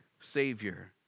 Savior